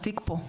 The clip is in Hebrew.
התיק פה.